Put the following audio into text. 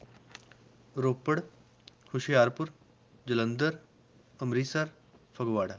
Ropar Hoshiarpur Jalandhar Amritsar Phagwara